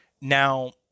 Now